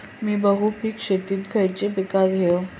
मी बहुपिक शेतीत खयली पीका घेव?